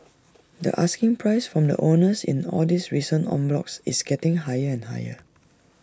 the asking price from the owners in all these recent en blocs is getting higher and higher